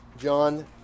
John